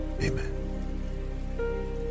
amen